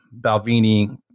Balvini